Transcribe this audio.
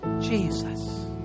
Jesus